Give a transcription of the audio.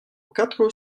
quatre